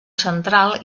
central